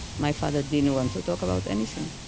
my father didn't want to talk about anything